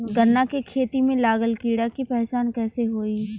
गन्ना के खेती में लागल कीड़ा के पहचान कैसे होयी?